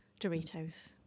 Doritos